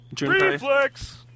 Reflex